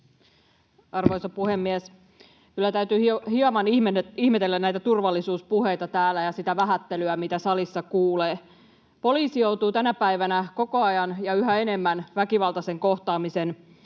Arvoisa puhemies! Kyllä täytyy hieman ihmetellä näitä turvallisuuspuheita täällä ja sitä vähättelyä, mitä salissa kuulee. Poliisi joutuu tänä päivänä koko ajan ja yhä enemmän kohtaamaan